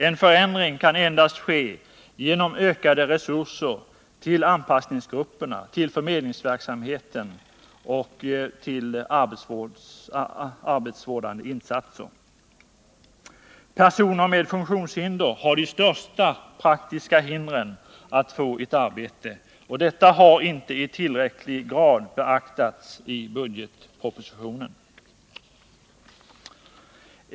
En förändring kan endast ske genom en ökning av resurserna till anpassningsgrupperna, förmedlingsverksamheter och de arbetsvårdande insatserna. Personer med funktionshinder har de största praktiska svårigheterna att få ett arbete. Detta har inte i tillräcklig grad beaktats i budgetpropositionen.